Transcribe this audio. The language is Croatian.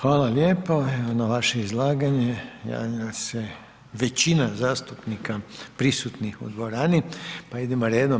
Hvala lijepo, na vaše izlaganje javila se većina zastupnika prisutnih u dvorani, pa idemo redom.